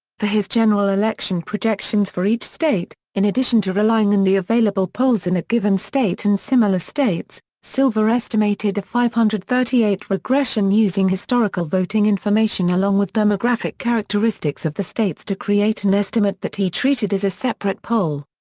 for his general election projections for each state, in addition to relying in the available polls in a given state and similar states, silver estimated a five hundred and thirty eight regression using historical voting information along with demographic characteristics of the states to create an estimate that he treated as a separate poll.